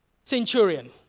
centurion